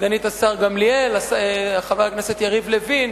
סגנית השר גמליאל, חבר הכנסת יריב לוין,